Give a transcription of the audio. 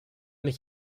mich